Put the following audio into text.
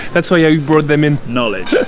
that's how you brought them in knowledge